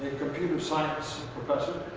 and computer science professor.